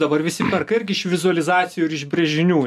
dabar visi perka irgi iš vizualizacijų ir iš brėžinių